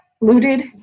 looted